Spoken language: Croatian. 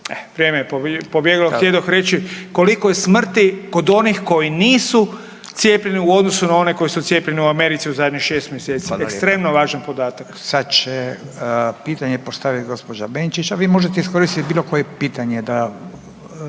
vrijeme je pobjeglo, htjedoh reći koliko je smrti kod onih koji nisu cijepljeni u odnosu na one koji su cijepljeni u Americi u zadnjih 6 mjeseci, ekstremno važan podatak. **Radin, Furio (Nezavisni)** Sad će pitanje postavit gđa. Benčić, a vi možete iskoristit bilo koje pitanje da,